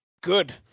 Good